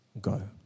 go